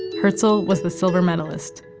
herzel was the silver medalist.